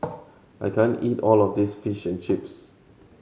I can't eat all of this Fish and Chips